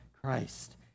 Christ